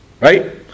Right